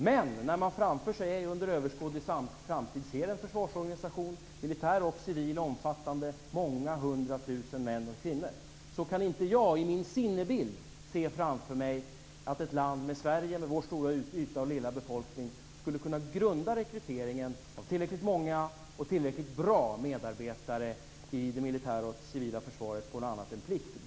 Men när man under överskådlig framtid ser en försvarsorganisation, militär och civil, omfattande många hundratusen män och kvinnor, kan inte jag i min sinnebild se framför mig att en land med Sveriges stora yta och lilla befolkning skulle kunna grunda rekryteringen av tillräckligt många och tillräckligt bra medarbetare i det militära och civila försvaret på något annat än plikt.